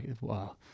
wow